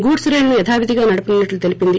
గూడ్ప రైళ్లను యథావిథిగా నడపనున్నట్టు తెలీపింది